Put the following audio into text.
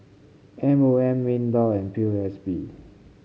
M O M Minlaw and P O S B